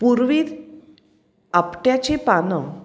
पूर्वी आपट्याची पानं